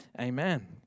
amen